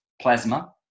plasma